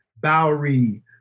Bowery